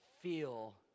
Feel